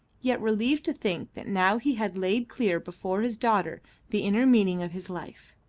yet relieved to think that now he had laid clear before his daughter the inner meaning of his life.